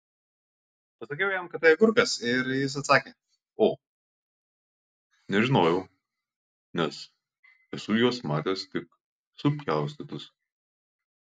pasakiau jam kad tai agurkas ir jis atsakė o nežinojau nes esu juos matęs tik supjaustytus